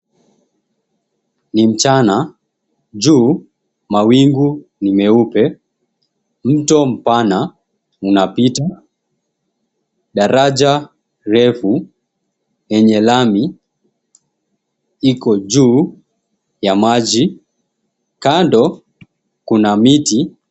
Ni mchana, juu mawingu ni meupe, mto mpana inapita, daraja refu yenye lami iko juu ya maji, kando kuna miti.